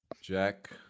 Jack